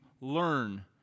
learn